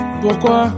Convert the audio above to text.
pourquoi